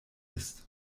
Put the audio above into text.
ist